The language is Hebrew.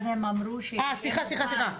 אני חושבת אז הם אמרו שיהיה מוכן,